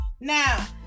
Now